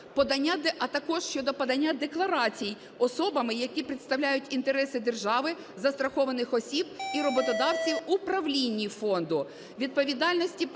а також щодо подання декларацій особами, які представляють інтереси держави, застрахованих осіб і роботодавців у правлінні фонду, а також щодо відповідальності посадових